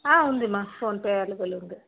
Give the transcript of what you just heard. ఉంది మా PhonePe available ఉంది